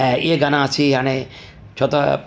ऐं ये गाना असां हाणे छो त